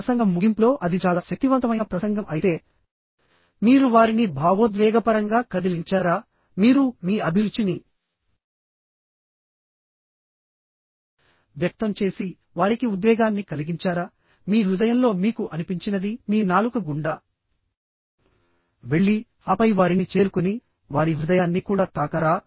ప్రసంగం ముగింపులో అది చాలా శక్తివంతమైన ప్రసంగం అయితే మీరు వారిని భావోద్వేగపరంగా కదిలించారా మీరు మీ అభిరుచిని వ్యక్తం చేసి వారికి ఉద్వేగాన్ని కలిగించారా మీ హృదయంలో మీకు అనిపించినది మీ నాలుక గుండా వెళ్లి ఆపై వారిని చేరుకుని వారి హృదయాన్ని కూడా తాకారా